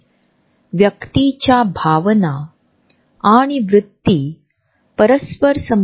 proxemics समजण्याचा हा एक अत्यंत वरवरचा मार्ग आहे परंतु हे एक परिपूर्ण स्पष्टीकरण देखील आहे